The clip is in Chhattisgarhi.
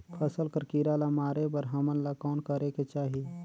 फसल कर कीरा ला मारे बर हमन ला कौन करेके चाही?